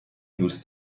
دوست